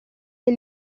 del